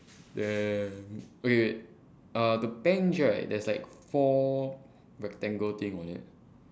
ya okay wait the bench right there's like four rectangle thing on it